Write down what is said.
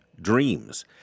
dreams